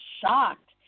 shocked